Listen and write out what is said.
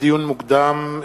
לדיון מוקדם: